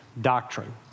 doctrine